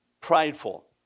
prideful